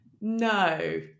No